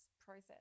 process